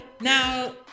Now